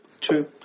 true